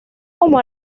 como